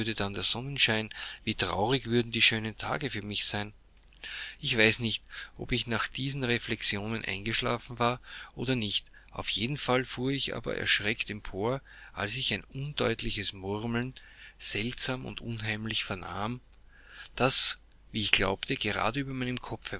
der sonnenschein wie traurig würden die schönen tage für mich sein ich weiß nicht ob ich nach diesen reflexionen eingeschlafen war oder nicht auf jeden fall fuhr ich aber erschreckt empor als ich ein undeutliches murmeln seltsam und unheimlich vernahm das wie ich glaubte gerade über meinem kopfe